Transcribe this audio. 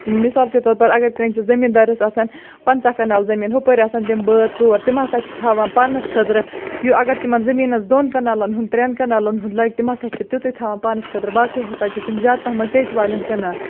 مِثال کے طور پر اگر کٲنٛسہِ زٔمیٖندارَس آسَن پنٛژاہ کَنال زٔمیٖن ہُپٲرۍ آسَن تِم بٲژ ژور تِم ہَسا چھِ تھاوان پانَس خٲطرٕ یہِ اگر تِمَن زٔمیٖنَس دۄن کَنالَن ہُنٛد ترٛٮ۪ن کَنالَن ہُنٛد لَگہِ تِم ہَسا چھِ تِتُے تھاوان پانَس خٲطرٕ باقٕے ہَسا چھِ تِم زیادٕ پَہمَتھ ٹیٚٹۍ والٮ۪ن کٕنان